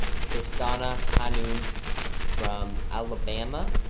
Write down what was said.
kristana hanum from alabama,